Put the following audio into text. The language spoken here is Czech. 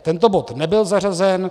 Tento bod nebyl zařazen.